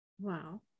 Wow